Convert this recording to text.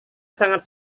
sangat